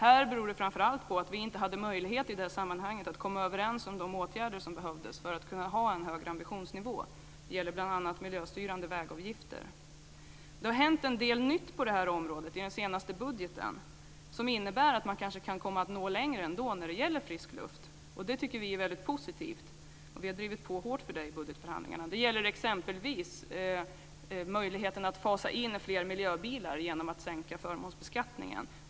Här beror det framför allt på att vi inte hade möjlighet att i detta sammanhang komma överens om de åtgärder som behövdes för att kunna ha en högre ambitionsnivå. Det gäller bl.a. miljöstyrande vägavgifter. Det har hänt en del nytt på det här området i den senaste budgeten som innebär att man kanske kan nå längre ändå när det gäller frisk luft, och det tycker vi är väldigt positivt. Vi har drivit på hårt för detta i budgetförhandlingarna. Det gäller exempelvis möjligheten att fasa in fler miljöbilar genom att sänka förmånsbeskattningen.